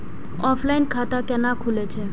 Offline खाता कैना खुलै छै?